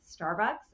Starbucks